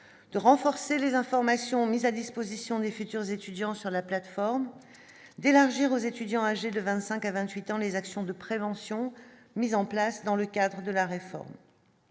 de renforcer les informations mises à disposition des futurs étudiants sur la plateforme d'élargir aux étudiants âgés de 25 à 28 ans, les actions de prévention mis en place dans le cadre de la réforme.